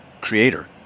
creator